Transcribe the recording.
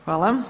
Hvala.